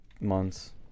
months